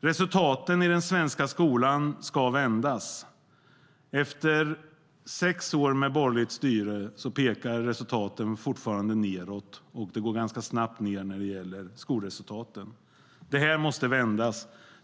Resultaten i den svenska skolan ska vändas. Efter sex år med borgerligt styre pekar resultaten fortfarande nedåt, och skolresultaten går ganska snabbt ned. Det måste vändas.